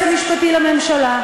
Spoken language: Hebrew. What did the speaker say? מהיועץ המשפטי לממשלה,